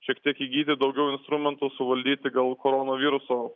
šiek tiek įgyti daugiau instrumentų suvaldyti gal koronaviruso